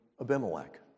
Abimelech